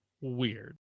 weird